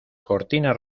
cortinas